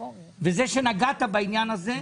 זה שנגעת בעניין הזה,